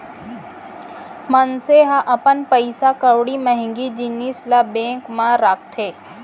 मनसे ह अपन पइसा कउड़ी महँगी जिनिस ल बेंक म राखथे